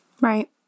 Right